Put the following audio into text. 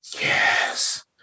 Yes